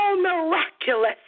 miraculous